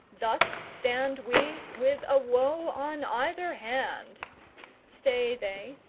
thus stand we with a woe on either hand stay they,